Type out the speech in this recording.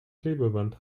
klebeband